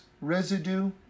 residue